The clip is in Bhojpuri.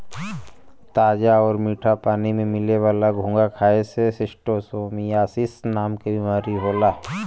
ताजा आउर मीठा पानी में मिले वाला घोंघा खाए से शिस्टोसोमियासिस नाम के बीमारी होला